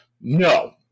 no